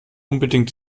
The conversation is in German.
unbedingt